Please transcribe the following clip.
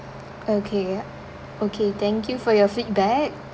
okay okay thank you for your feedback